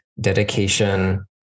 dedication